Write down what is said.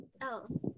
else